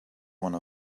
one